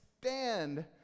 stand